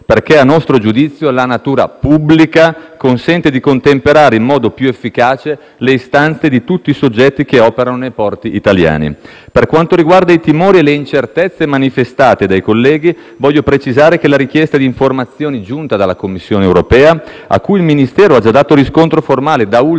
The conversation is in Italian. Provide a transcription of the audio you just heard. perché a nostro giudizio la natura pubblica consente di contemperare in modo più efficace le istanze di tutti i soggetti che operano nei porti italiani. Per quanto riguarda i timori e le incertezze manifestate dai colleghi, voglio precisare che la richiesta di informazioni giunta dalla Commissione europea, a cui il Ministero ha già dato riscontro formale da ultimo